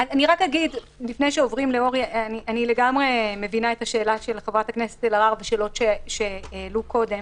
אני מבינה לגמרי את השאלה של חברת הכנסת אלהרר ושאלות שהעלו קודם.